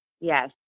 Yes